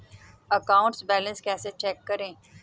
Account balance कैसे check करें?